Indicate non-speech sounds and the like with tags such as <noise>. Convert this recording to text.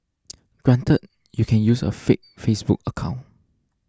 <noise> granted you can use a fake Facebook account